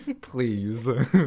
Please